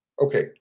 Okay